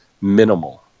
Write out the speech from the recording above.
minimal